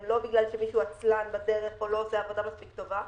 הם לא בגלל שמישהו עצלן בדרך או לא עושה עבודה מספיק טובה,